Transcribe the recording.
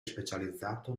specializzato